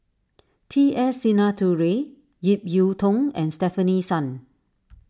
T S Sinnathuray Ip Yiu Tung and Stefanie Sun